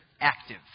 active